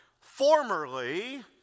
Formerly